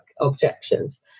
objections